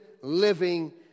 living